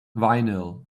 vinyl